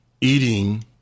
eating